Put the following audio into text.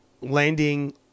landing